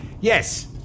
Yes